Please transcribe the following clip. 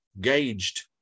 gauged